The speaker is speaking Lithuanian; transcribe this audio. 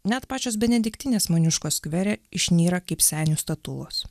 net pačios benediktinės moniuškos skvere išnyra kaip senių statulos